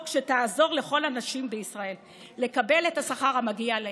שתעזור לכל הנשים בישראל לקבל את השכר המגיע להן.